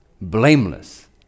blameless